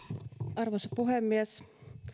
arvoisa puhemies